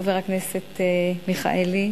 חבר הכנסת מיכאלי,